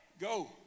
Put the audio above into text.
go